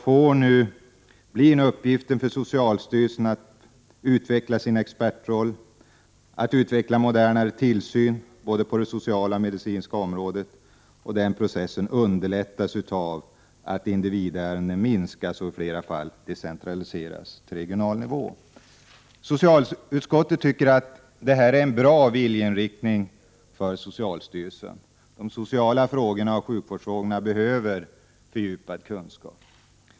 Därför blir nu uppgiften för socialstyrelsen att utveckla sin expertroll, att utveckla modernare tillsyn på både det sociala och det medicinska området, och den processen underlättas av att antalet individärenden minskar och i flera fall decentraliseras till regional nivå. Socialutskottet tycker att det är en bra viljeinriktning för socialstyrelsen. De sociala frågorna och sjukvårdsfrågorna behöver fördjupad kunskap.